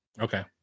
Okay